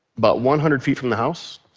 about one hundred feet from the house,